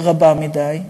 רבה מדי.